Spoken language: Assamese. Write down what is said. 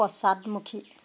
পশ্চাদমুখী